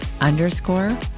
underscore